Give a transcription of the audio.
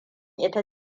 ita